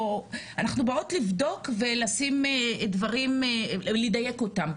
אנחנו באות לבדוק ולדייק את הדברים,